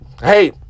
Hey